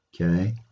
Okay